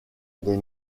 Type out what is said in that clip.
des